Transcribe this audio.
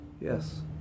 yes